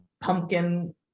pumpkin